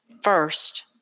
First